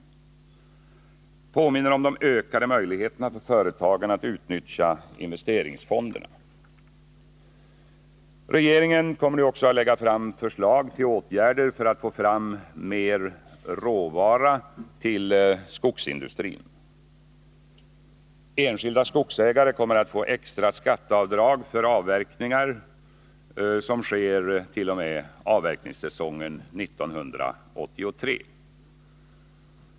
Jag vill också påminna om de ökade möjligheterna för företagarna att utnyttja investeringsfonderna. Regeringen kommer nu också att lägga fram förslag till åtgärder för att få fram mer råvara till skogsindustrin. Enskilda skogsägare kommer att få extra skatteavdrag för avverkningar som sker t.o.m. avverkningssäsongen 1983.